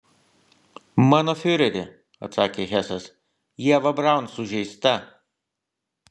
mano fiureri atsakė hesas ieva braun sužeista